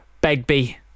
Begbie